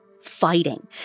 fighting